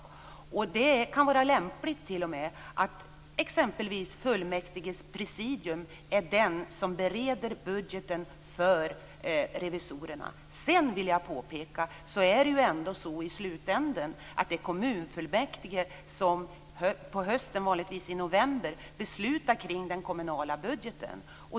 Det kan t.o.m. vara lämpligt att exempelvis fullmäktiges presidium bereder budgeten för revisorerna. Sedan vill jag påpeka att det ändå i slutändan är kommunfullmäktige som på hösten, vanligtvis i november, beslutar om den kommunala budgeten.